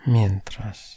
Mientras